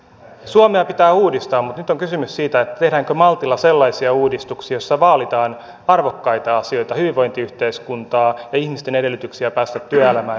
suomea pitää uudistaa mutta nyt on kysymys siitä tehdäänkö maltilla sellaisia uudistuksia joissa vaalitaan arvokkaita asioita hyvinvointiyhteiskuntaa ihmisten edellytyksiä päästä työelämään ja lasten koulutusta